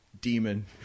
demon